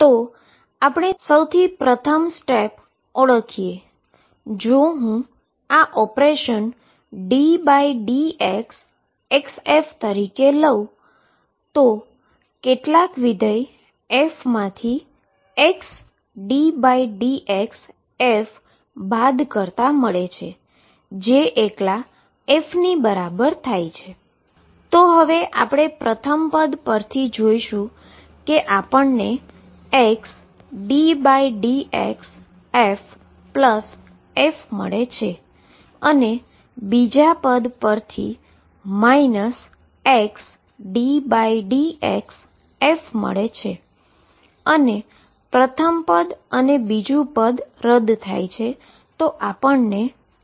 તો આપણે સૌથી પ્રથમ પગલું ઓળખીએ જો હું આ ઓપરેશન ddx લઉં તો કેટલાક ફંક્શન f માથી xddxf બાદ કરતા મળે છે જે એકલા f ની બરાબર છે તો આપણે હવે પ્રથમ પદ પરથી જોઈશુ કે આપણને xddxff મળે છે અને બીજા પદ પરથી xddxf મળે છે અને પ્રથમ પદ અને બીજુ પદ રદ થાય છે અને આપણને f મળે છે